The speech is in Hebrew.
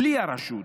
בלי הרשות.